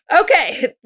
Okay